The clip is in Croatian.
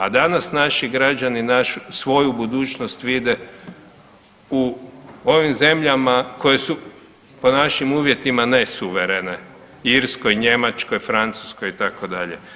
A danas naši građani svoju budućnost vide u ovim zemljama koje su po našim uvjetima nesuverene Irskoj, Njemačkoj, Francuskoj itd.